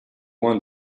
want